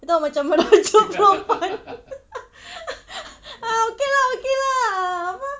you tahu macam merajuk perempuan ah okay lah okay lah apa